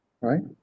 Right